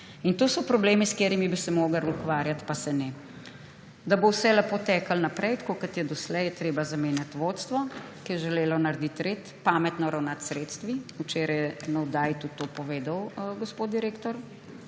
In to so problemi, s katerimi bi se morali ukvarjati, pa se ne. Da bo vse lepo teklo naprej tako, kot je doslej, je treba zamenjati vodstvo, ki je želelo narediti red, pametno ravnati s sredstvi − včeraj je na oddaji tudi to povedal gospod direktor